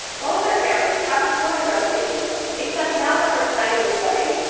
both our families have supported our relationship, except now that we're planning this wedding,